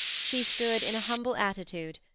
she stood in a humble attitude,